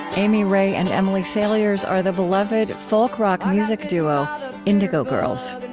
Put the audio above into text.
amy ray and emily saliers are the beloved folk-rock music duo indigo girls.